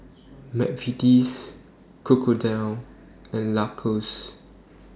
Mcvitie's Crocodile and Lacoste